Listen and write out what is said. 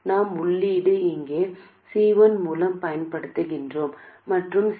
எங்களிடம் இந்த சுற்று மற்றும் அதன் வெளியீட்டு முனையங்கள் உள்ளன C2 இங்கே இணைக்கப்பட்டுள்ளது மற்றும் RL உள்ளது இது தரை